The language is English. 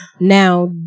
now